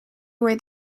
away